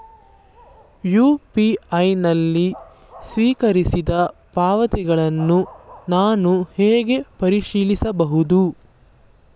UPI ನಲ್ಲಿ ಸ್ವೀಕರಿಸಿದ ಪಾವತಿಗಳನ್ನು ನಾನು ಹೇಗೆ ಪರಿಶೀಲಿಸುವುದು?